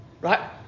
Right